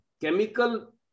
chemical